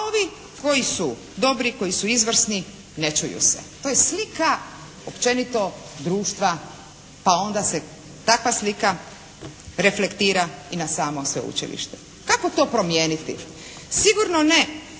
A ovi koji su dobri, koji su izvrsni ne čuju se. To je slika općenito društva pa onda se takva slika reflektira i na samo sveučilište. Kako to promijeniti? Sigurno ne